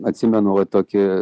atsimenu va tokį